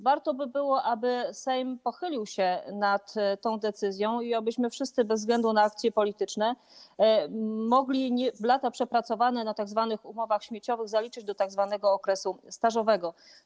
Warto by było, aby Sejm pochylił się nad tą decyzją i abyśmy wszyscy, bez względu na opcje polityczne, mogli lata przepracowane na tzw. umowach śmieciowych zaliczyć do tzw. okresu stażowego.